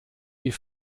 die